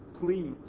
Please